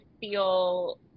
feel